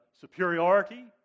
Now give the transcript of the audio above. superiority